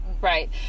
Right